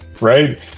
right